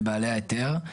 בבעלי ההיתר,